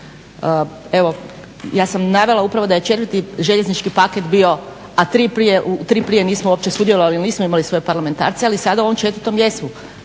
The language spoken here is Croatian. Evo ja sam navela upravo da je 4.željeznički paket bio, a u 3 prije nismo uopće sudjelovali jer nismo imali svoje parlamentarce, ali sada u ovom 4.jesu.